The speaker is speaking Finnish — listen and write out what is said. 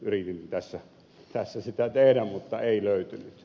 yritin tässä sitä tehdä mutta ei löytynyt